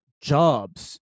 jobs